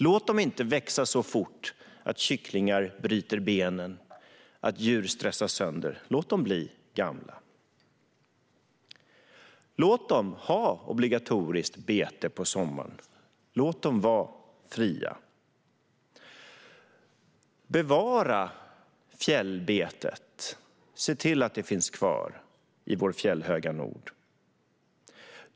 Låt dem inte växa så fort att kycklingar bryter benen och djur stressas sönder - låt dem bli gamla. Låt dem ha obligatoriskt bete på sommaren - låt dem vara fria. Bevara fjällbetet - se till att det finns kvar i vår fjällhöga nord.